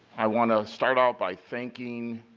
i want to start off by thanking